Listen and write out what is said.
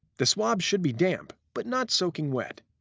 the swab should be damp, but not soaking wet.